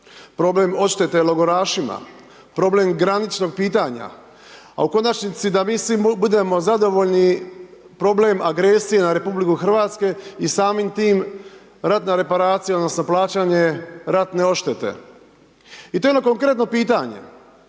problem odštete logorašima, problem graničnog pitanja, a u konačnici da mi svi budemo zadovoljni, problem agresije na Republiku Hrvatsku i samim tim ratna reparacija odnosno plaćanje ratne odštete. I to je ono konkretno pitanje,